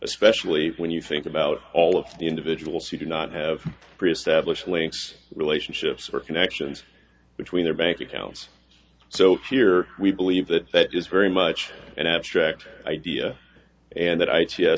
especially when you think about all of the individuals who do not have pre established links relationships or connections between their bank accounts so here we believe that that is very much an abstract idea and that i